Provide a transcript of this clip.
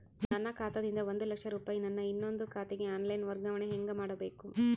ನನ್ನ ಖಾತಾ ದಿಂದ ಒಂದ ಲಕ್ಷ ರೂಪಾಯಿ ನನ್ನ ಇನ್ನೊಂದು ಖಾತೆಗೆ ಆನ್ ಲೈನ್ ವರ್ಗಾವಣೆ ಹೆಂಗ ಮಾಡಬೇಕು?